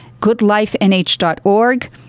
goodlifenh.org